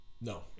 No